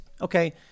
okay